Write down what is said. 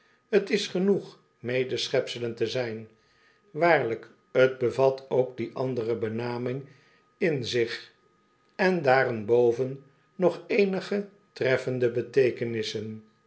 t is genoeg mede schepselen te zijn waarlijk t bevat ook die andere benaming in zich en daarenboven nog eenige treffende